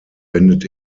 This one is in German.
wendet